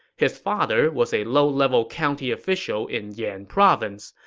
his father was a low-level county official in yan province.